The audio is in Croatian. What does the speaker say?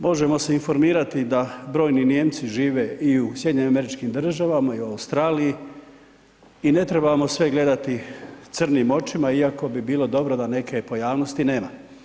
Možemo se informirati da brojni Nijemci žive i u SAD-u i u Australiji i ne trebamo sve gledati crnim očima iako bi bilo dobro da neke pojavnosti nema.